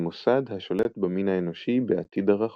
- מעין מוסד השולט במין האנושי בעתיד הרחוק.